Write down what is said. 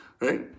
Right